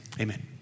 amen